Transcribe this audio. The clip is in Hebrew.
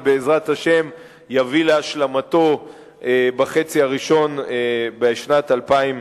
ובעזרת השם יביא להשלמתו בחצי הראשון של שנת 2010,